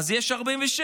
אז יש 45?